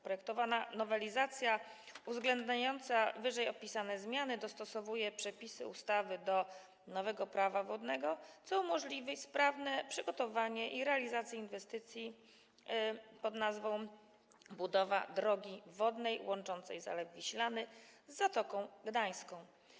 Projektowana nowelizacja uwzględniająca wyżej opisane zmiany dostosowuje przepisy ustawy do nowego Prawa wodnego, co umożliwi sprawne przygotowanie i realizację inwestycji pn. „Budowa drogi wodnej łączącej Zalew Wiślany z Zatoką Gdańską”